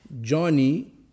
Johnny